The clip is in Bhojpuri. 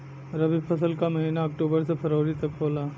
रवी फसल क महिना अक्टूबर से फरवरी तक होला